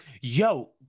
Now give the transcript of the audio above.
Yo